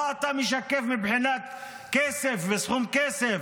מה אתה משקף מבחינת כסף וסכום כסף.